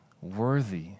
worthy